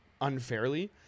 unfairly